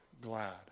glad